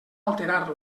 alterar